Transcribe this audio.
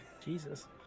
Jesus